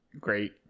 Great